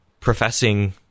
professing